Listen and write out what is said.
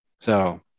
So-